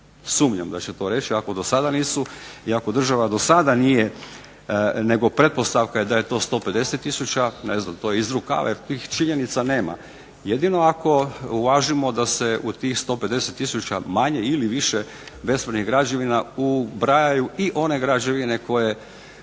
Sumnjam da će to reći, ako dosada nisu i ako država dosada nije nego pretpostavka je da je to 150 tisuća, ne znam to je iz rukava jer tih činjenica nema. Jedino ako uvažimo da se u tih 150 tisuća manje ili više bespravnih građevina ubrajaju i one građevine koje